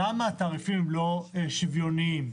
למה התעריפים לא שוויוניים?